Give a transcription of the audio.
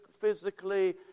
physically